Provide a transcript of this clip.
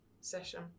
session